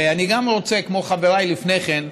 ואני גם רוצה, כמו חבריי לפני כן,